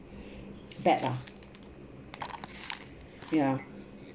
bad lah ya